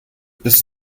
bis